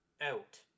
out